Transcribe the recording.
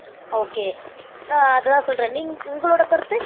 okay நான் அதை தான் சொல்லுறேன் நீ உங்களோட கருத்து